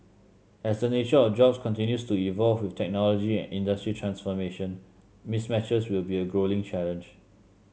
as the nature of jobs continues to evolve with technology and industry transformation mismatches will be a growing challenge